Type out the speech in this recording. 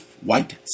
white